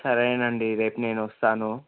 సరేనండి రేపు నేను వస్తాను